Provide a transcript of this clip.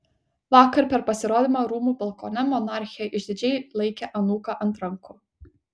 vakar per pasirodymą rūmų balkone monarchė išdidžiai laikė anūką ant rankų